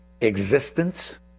existence